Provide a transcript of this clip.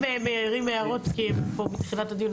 הם מעירים הערות כי הם פה מתחילת הדיון,